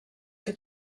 que